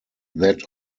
that